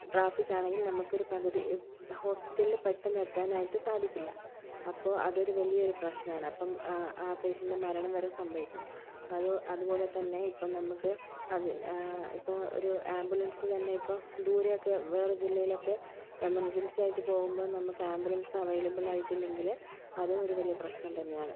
traffic ആണെങ്കിൽ നമുക്ക് ഒരു പകുതി ഹോസ്പിറ്റലിൽ പെട്ടന്ന് എത്താൻ ആയിട്ട് സാധിക്കില്ല അപ്പോൾ അത് ഒരു വലിയ ഒരു പ്രശ്നമാണ് അപ്പം അ ആ പേഷിയൻറ്റിൻ്റെ മരണം വരെ സംഭവിക്കാം അത് അതുപോലെതന്നെ ഇപ്പോൾ നമുക്ക് ഇപ്പം ഒരു ആംബുലൻസ് തന്നെ ഇപ്പോൾ ദൂരെയൊക്കെ വേറെ ജില്ലയിലൊക്കെ എമർജൻസി ആയിട്ട് പോകുമ്പോൾ നമുക്ക് ആംബുലൻസ് അവൈലബിൾ ആയിട്ടില്ലെങ്കിൽ അതും ഒരു വലിയ പ്രശ്നം തന്നെയാണ്